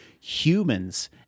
humans